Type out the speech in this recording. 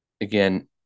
Again